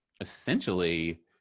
essentially